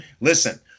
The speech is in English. listen